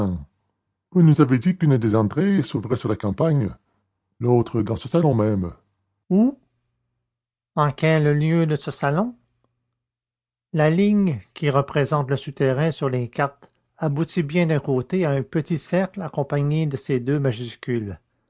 vous nous avez dit qu'une des entrées s'ouvrait sur la campagne l'autre dans ce salon même où en quel lieu de ce salon la ligne qui représente le souterrain sur les cartes aboutit bien d'un côté à un petit cercle accompagné de ces deux majuscules